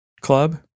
club